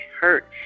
hurt